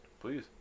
Please